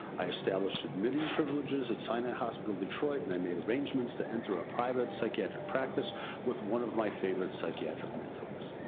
i established admitting privileges at sinai hospital of detroit. and made arrangement to enter a private psychiatric practice with one of my favorite psychiatric mentors.